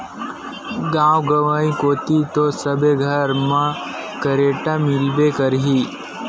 गाँव गंवई कोती तो सबे घर मन म खरेटा मिलबे करही